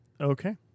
Okay